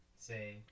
say